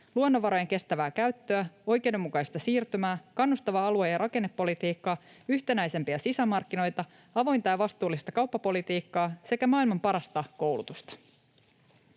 luonnonvarojen kestävää käyttöä, oikeudenmukaista siirtymää, kannustavaa alue- ja rakennepolitiikkaa, yhtenäisempiä sisämarkkinoita, avointa ja vastuullista kauppapolitiikkaa sekä maailman parasta koulutusta.